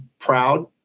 proud